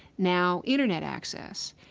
now internet access.